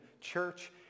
church